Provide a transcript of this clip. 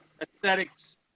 aesthetics